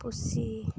ᱯᱩᱥᱤ